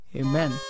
Amen